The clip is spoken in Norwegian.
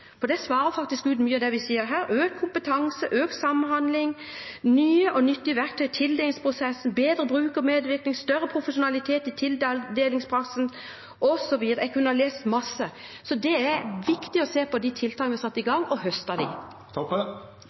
for det svarer faktisk ut mye av det vi sier her: «Økt kompetanse og samhandling», «Nyttige verktøy i tildelingsprosessen», «bedre brukermedvirkning», «større profesjonalitet i tildelingspraksisen» osv. – jeg kunne ha lest masse. Så det er viktig å se på de tiltakene vi har satt i gang, og